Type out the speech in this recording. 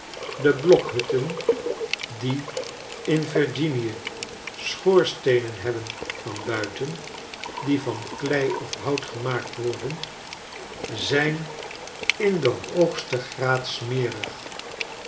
de blokhutten die in vi rginie schoorsteenen hebben van buiten die van klei of hout gemaakt worden zijn in den hoogsten